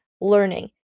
learning